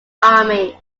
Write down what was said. army